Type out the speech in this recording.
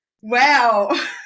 Wow